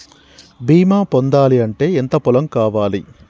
బీమా పొందాలి అంటే ఎంత పొలం కావాలి?